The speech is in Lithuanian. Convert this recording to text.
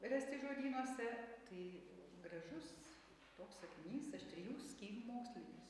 rasti žodynuose tai gražus toks sakinys aš trijų skyrių mokslinis